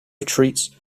retreats